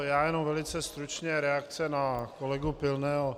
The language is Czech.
Já jenom velice stručně reakci na kolegu Pilného.